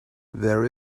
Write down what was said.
there